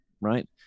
Right